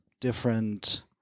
different